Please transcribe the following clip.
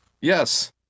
yes